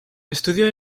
estudió